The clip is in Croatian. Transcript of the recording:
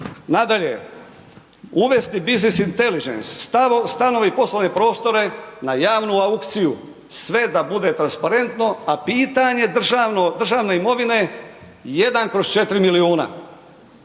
Nadalje, uvesti Business Intelligence, stanovi i poslovne prostore na javnu aukciju, sve da bude transparentno, a pitanje državne imovine ¼ milijuna